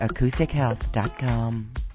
AcousticHealth.com